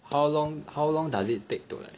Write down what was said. how long how long does it take to like